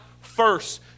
first